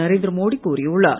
நரேந்திர மோடி கூறியுள்ளார்